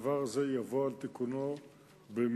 הדבר הזה יבוא על תיקונו מייד.